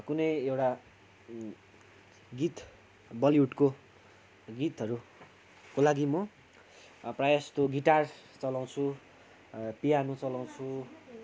कुनै एउटा गीत बलिवुडको गीतहरूको लागि म प्रायः जस्तो गिटार चलाउँछु पियानो चलाउँछु